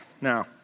Now